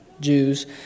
Jews